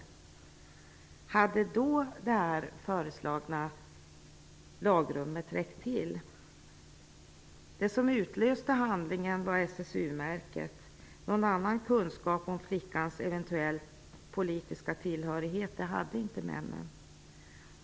Hade då det föreslagna lagrummet räckt till? Det som utlöste handlingen var SSU-märket. Någon annan kunskap om flickans eventuella politiska tillhörighet hade inte männen.